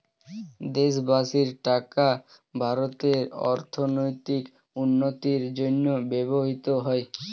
দেশবাসীর টাকা ভারতের অর্থনৈতিক উন্নতির জন্য ব্যবহৃত হয়